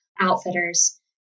outfitters